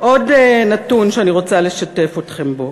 עוד נתון שאני רוצה לשתף אתכם בו.